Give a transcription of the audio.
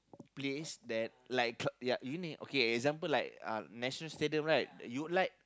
place that like ya you need okay example like uh National-Stadium right you like